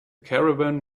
caravan